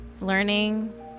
learning